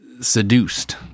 seduced